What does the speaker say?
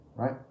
right